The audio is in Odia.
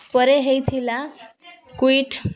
ପରେ ହେଇଥିଲା କ୍ୟୁଇଟ୍